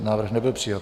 Návrh nebyl přijat.